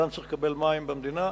אדם צריך לקבל מים במדינה,